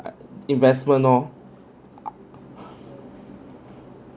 investment orh